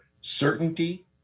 certainty